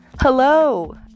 Hello